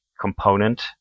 component